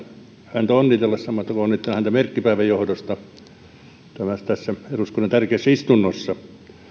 häntä onnitella samaten kuin onnittelen häntä merkkipäivän johdosta tässä eduskunnan tärkeässä istunnossa